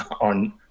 on